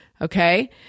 Okay